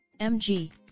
mg